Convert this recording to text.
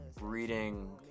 reading